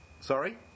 Sorry